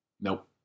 Nope